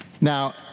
Now